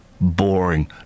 boring